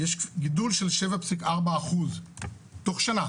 יש גידול של 7.4% תוך שנה,